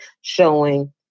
showing